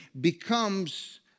becomes